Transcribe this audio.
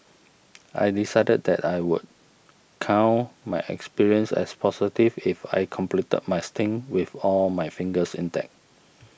I decided that I would count my experience as positive if I completed my stint with all my fingers intact